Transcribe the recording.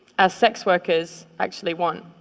as sex workers, actually want.